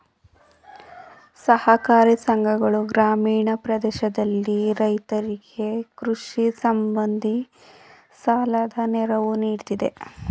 ಸಹಕಾರಿ ಸಂಘಗಳು ಗ್ರಾಮೀಣ ಪ್ರದೇಶದಲ್ಲಿ ರೈತರಿಗೆ ಕೃಷಿ ಸಂಬಂಧಿ ಸಾಲದ ನೆರವು ನೀಡುತ್ತಿದೆ